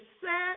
set